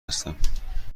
هستم